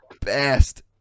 best